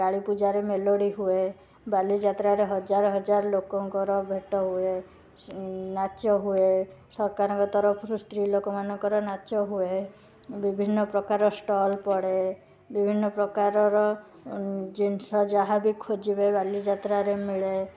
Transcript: କାଳୀପୂଜାରେ melody ହୁଏ ବାଲିଯାତ୍ରାରେ ହଜାର ହଜାର ଲୋକଙ୍କର ଭେଟ ହୁଏ ନାଚ ହୁଏ ସରକାରଙ୍କ ତରଫରୁ ସ୍ତ୍ରୀ ଲୋକମାନଙ୍କର ନାଚ ହୁଏ ବିଭିନ୍ନପ୍ରକାର ଷ୍ଟଲ୍ ପଡ଼େ ବିଭିନ୍ନପ୍ରକାରର ଜିନିଷ ଯାହା ବି ଖୋଜିବ ବାଲିଯାତ୍ରାରେ ମିଳେ